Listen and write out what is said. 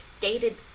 gated